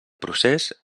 procés